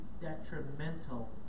detrimental